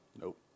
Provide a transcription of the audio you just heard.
Nope